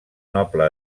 noble